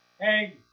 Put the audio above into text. hey